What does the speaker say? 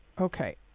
Okay